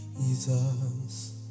Jesus